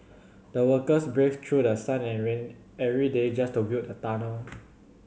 the workers braved through the sun and rain every day just to build a tunnel